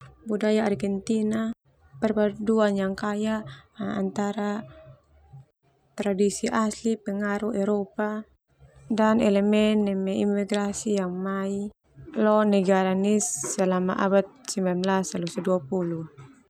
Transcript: Budaya Argentina, perpaduan yang kaya antara tradisi asli, pengaruh Eropa, dan elemen neme imigrasi yang mai lo negara nia selamat sembilan belas losa dua puluh.